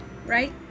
right